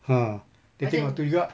ha itu satu juga